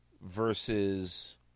versus